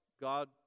God